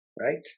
Right